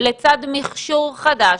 לצד מכשור חדש,